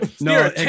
no